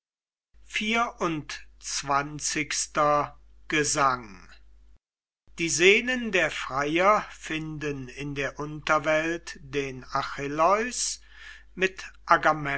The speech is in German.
gesang die seelen der freier finden in der unterwelt achilleus mit